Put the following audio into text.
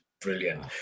brilliant